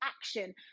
action